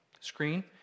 screen